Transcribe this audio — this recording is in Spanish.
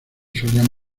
solían